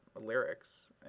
lyrics